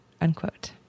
unquote